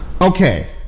Okay